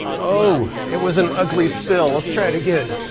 oh! it was an ugly spill. let's try it again.